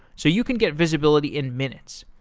so you can get visibility in minutes.